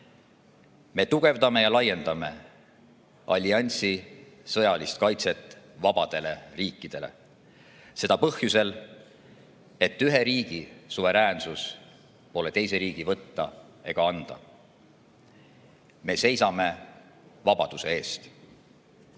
Me tugevdame ja laiendame alliansi sõjalist kaitset vabadele riikidele. Seda põhjusel, et ühe riigi suveräänsus pole teise riigi võtta ega anda. Me seisame vabaduse eest.